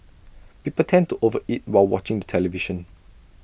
people tend to over eat while watching the television